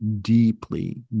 deeply